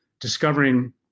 discovering